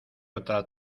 otra